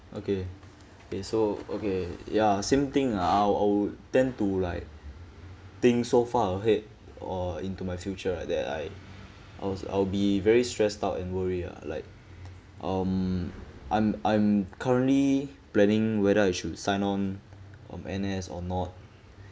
okay okay so okay ya same thing I I'll tend to like think so far ahead or into my future like that right I was I'll be very stressed out and worry ah like um I'm I'm currently planning whether I should sign on on N_S or not